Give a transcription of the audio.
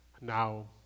now